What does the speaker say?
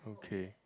okay